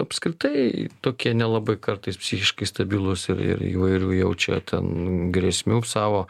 apskritai tokie nelabai kartais psichiškai stabilūs ir ir įvairių jaučia ten grėsmių savo